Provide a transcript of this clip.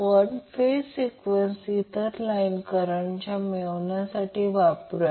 आपण phase sequence इतर line current मिळवण्यासाठी वापरूया